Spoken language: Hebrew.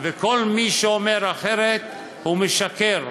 וכל מי שאומר אחרת, משקר.